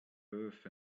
birth